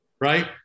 right